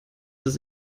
das